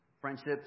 Friendships